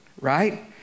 Right